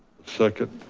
second?